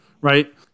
Right